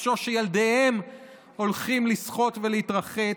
ולחשוש כשילדיהם הולכים לשחות ולהתרחץ,